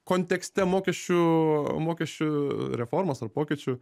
kontekste mokesčių mokesčių reformos ar pokyčių